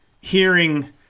hearing